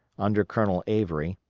under colonel avery,